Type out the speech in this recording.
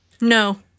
No